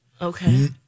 Okay